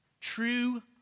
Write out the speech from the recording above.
True